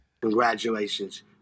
Congratulations